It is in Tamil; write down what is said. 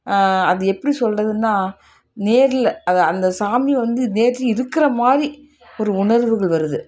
அது எப்படி சொல்றதுன்னால் நேரில் அதை அந்த சாமியை வந்து நேரில் இருக்கிற மாதிரி ஒரு உணர்வுகள் வருது